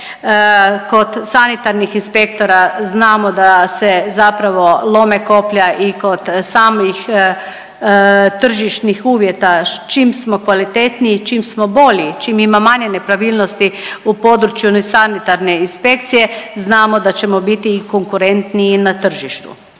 Kod sanitarnih inspektora znamo da se zapravo lome koplja i kod samih tržišnih uvjeta čim smo kvalitetniji, čim smo bolji, čim ima manje nepravilnosti u području sanitarne inspekcije znamo da ćemo biti i konkurentniji na tržištu.